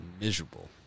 miserable